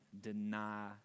deny